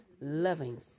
loving